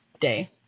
day